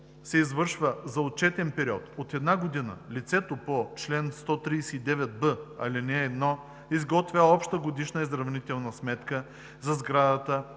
енергия се извършва за отчетен период от една година, лицето по чл. 139б, ал. 1 изготвя обща годишна изравнителна сметка за сградата